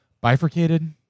bifurcated